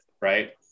right